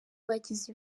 bagize